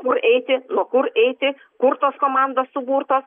kur eiti nuo kur eiti kur tos komandos suburtos